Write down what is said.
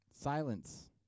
Silence